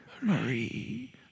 Marie